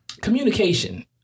Communication